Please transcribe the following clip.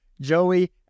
Joey